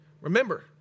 Remember